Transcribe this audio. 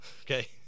okay